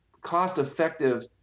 cost-effective